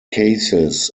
cases